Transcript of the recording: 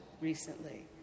recently